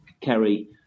Kerry